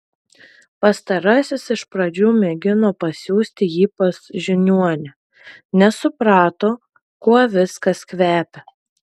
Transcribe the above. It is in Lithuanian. pastarasis iš pradžių mėgino pasiųsti jį pas žiniuonę nes suprato kuo viskas kvepia